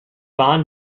waren